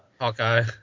Hawkeye